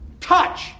Touch